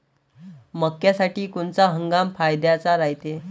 मक्क्यासाठी कोनचा हंगाम फायद्याचा रायते?